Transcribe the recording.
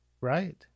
right